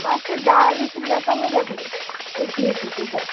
मात्शें धा वीस रुपया कमी जातली एक प्लेटीचे दर